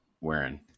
wearing